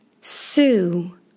sue